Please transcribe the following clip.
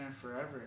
forever